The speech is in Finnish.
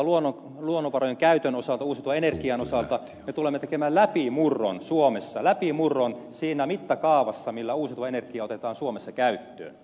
uusiutuvien luonnonvarojen käytön osalta uusiutuvan energian osalta me tulemme tekemään läpimurron suomessa läpimurron siinä mittakaavassa millä uusiutuva energia otetaan suomessa käyttöön